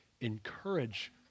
encourage